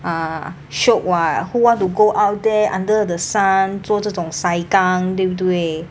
ah shiok [what] who want to go out there under the sun 做这种 saikang 对不对